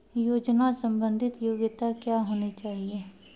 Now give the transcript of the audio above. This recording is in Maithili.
योजना संबंधित योग्यता क्या होनी चाहिए?